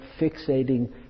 fixating